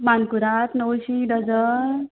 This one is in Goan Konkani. मानकुराद णवशी डझन